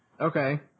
Okay